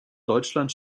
deutschland